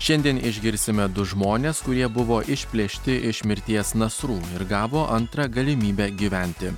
šiandien išgirsime du žmones kurie buvo išplėšti iš mirties nasrų ir gavo antrą galimybę gyventi